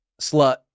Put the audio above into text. slut